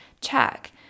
check